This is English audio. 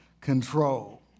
control